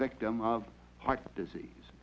victim of heart disease